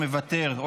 מוותר.